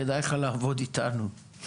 כדאי לך לעבוד איתנו.